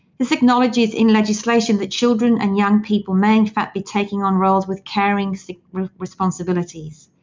this acknowledges in legislation that children and young people may in fact be taking on roles with caring responsibilities.